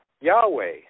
Yahweh